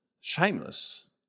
shameless